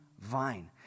vine